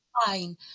fine